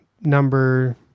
number